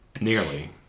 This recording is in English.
Nearly